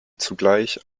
zugleich